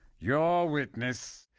your ah witness.